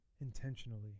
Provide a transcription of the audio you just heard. intentionally